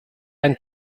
ein